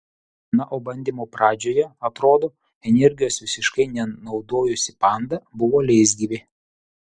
na o bandymo pradžioje atrodo energijos visiškai nenaudojusi panda buvo leisgyvė